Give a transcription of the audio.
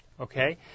Okay